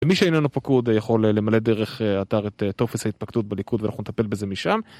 ומי שאיננו פקוד יכול למלא דרך האתר את תופס ההתפקדות בליכוד ואנחנו נטפל בזה משם